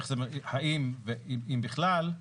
האם, ואם בכלל,